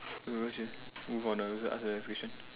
don't know sia move on ah ask the next question